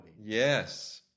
Yes